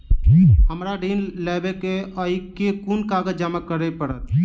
हमरा ऋण लेबै केँ अई केँ कुन कागज जमा करे पड़तै?